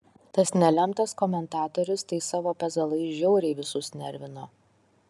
tas nelemtas komentatorius tai savo pezalais žiauriai visus nervino